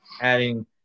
adding